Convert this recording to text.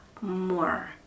more